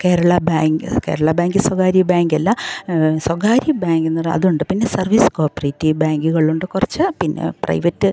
Kerala bank Kerala bank സ്വകാര്യ bank അല്ല സ്വകാര്യ ബാങ്കെന്നത് അതുണ്ട് പിന്നെ സർവീസ് കോർപ്രേറ്റീവ് ബാങ്കുകളുണ്ട് കുറച്ച് പിന്നെ പ്രൈവറ്റ്